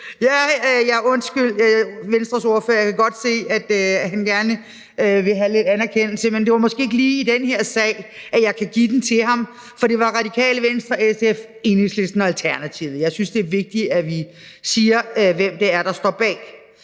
Ja, undskyld til Venstres ordfører, for jeg kan godt se, at han gerne vil have lidt anerkendelse, men det er måske ikke lige i den her sag, at jeg kan give den til ham, for det er Radikale Venstre, SF, Enhedslisten og Alternativet, der står bag. Jeg synes, det er vigtigt, at vi siger, hvem det er, der står bag